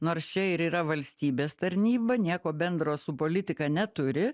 nors čia ir yra valstybės tarnyba nieko bendro su politika neturi